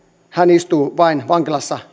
istuu vankilassa